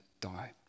die